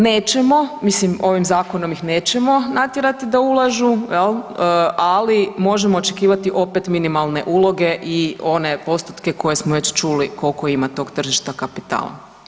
Nećemo, mislim ovim zakonom ih nećemo natjerati da ulažu jel, ali možemo očekivati opet minimalne uloge i one postotke koje smo već čuli kolko ima tog tržišta kapitala.